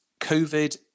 covid